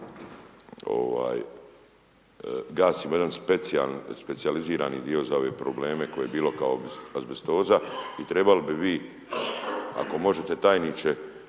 gasimo jedan specijalizirani dio za ove probleme koji je bio kao azbestoza i trebali bi vi, ako možete tajniče